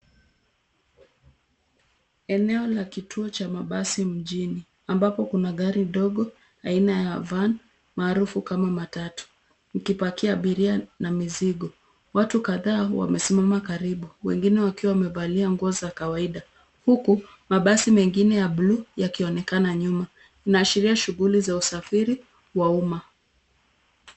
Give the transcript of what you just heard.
Eneo la kituo cha mabasi mjini ambapo kuna gari dogo aina ya van maarufu kama matatu ikipakia abiria na mizigo. Watu kadhaa wamesimama karibu, wengine wakiwa wamevalia nguo za kawaida, huku mabasi mengine ya bluu yakionekana nyuma. Inaashiria shughuli za usafiri wa umma.